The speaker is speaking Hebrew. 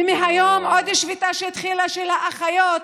ומהיום עוד שביתה שהתחילה, של האחיות.